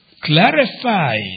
clarified